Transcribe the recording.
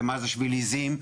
מה זה שביל עיזים.